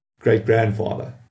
great-grandfather